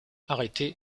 arrêté